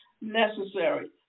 necessary